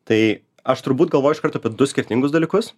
tai aš turbūt galvoju iš karto apie du skirtingus dalykus